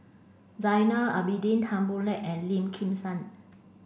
Zainal Abidin Tan Boo Liat and Lim Kim San